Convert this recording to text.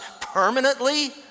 permanently